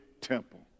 temple